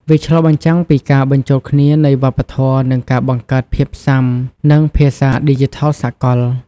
វាឆ្លុះបញ្ចាំងពីការបញ្ចូលគ្នានៃវប្បធម៌ និងការបង្កើតភាពសុាំនឹងភាសាឌីជីថលសកល។